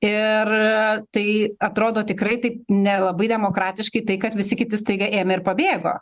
ir tai atrodo tikrai taip nelabai demokratiškai tai kad visi kiti staiga ėmė ir pabėgo